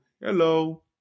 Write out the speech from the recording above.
Hello